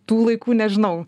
tų laikų nežinau